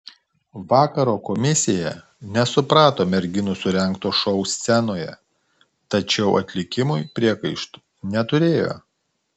vakaro komisija nesuprato merginų surengto šou scenoje tačiau atlikimui priekaištų neturėjo